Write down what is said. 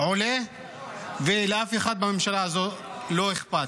עולה ולאף אחד בממשלה הזו לא אכפת.